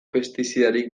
pestizidarik